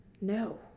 No